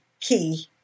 key